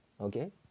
Okay